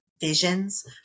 visions